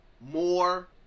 more